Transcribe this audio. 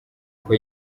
uko